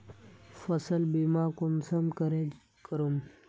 फसल बीमा कुंसम करे करूम?